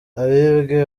abibwe